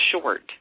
short